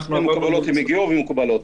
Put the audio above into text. הן הגיעו והן מקובלות.